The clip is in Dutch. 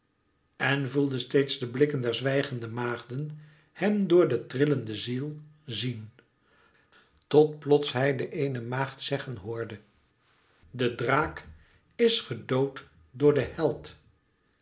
en voelde steeds de blikken der zwijgende maagden hem dor de trillende ziel zien tot plots hij de eene maagd zeggen hoorde de draak is gedood door den held